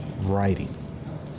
writing